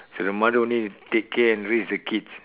so the mother only take care and raise the kids